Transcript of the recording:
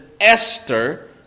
Esther